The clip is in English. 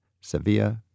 Sevilla